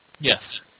Yes